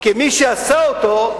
כי מי שעשה אותו,